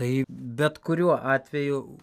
tai bet kuriuo atveju